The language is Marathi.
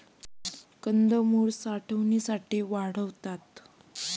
कंदमुळं साठवणीसाठी वाढतात